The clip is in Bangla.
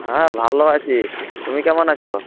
হ্যাঁ ভালো আছি তুমি কেমন আছ